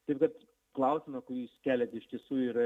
taip kad klausimą kurį jūs keliate ištisų yra